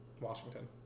Washington